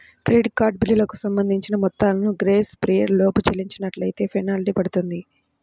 credit card బిల్లులకు సంబంధించిన మొత్తాలను గ్రేస్ పీరియడ్ లోపు చెల్లించనట్లైతే ఫెనాల్టీ పడుతుంది